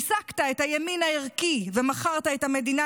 ריסקת את הימין הערכי ומכרת את המדינה